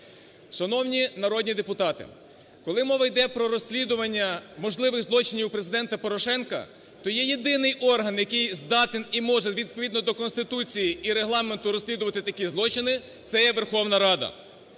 Шановні народні депутати, коли мова йде про розслідування можливих злочинів Президента Порошенка, то є єдиний орган, який здатен і може відповідно до Конституції і Регламенту розслідувати такі злочини – це є Верховна Рада.